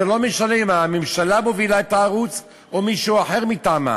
זה לא משנה אם הממשלה מובילה את הערוץ או מישהו אחר מטעמה.